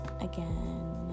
Again